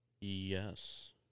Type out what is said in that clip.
Yes